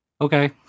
Okay